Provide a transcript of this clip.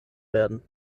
werden